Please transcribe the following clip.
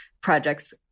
projects